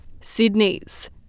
Sydney's